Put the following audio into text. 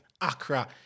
Accra